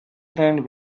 trained